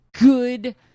good